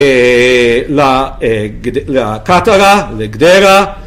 ‫לכתרה, לגדרה.